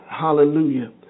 Hallelujah